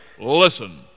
Listen